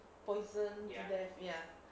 poison them ya